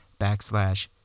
backslash